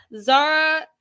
Zara